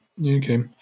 okay